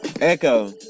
Echo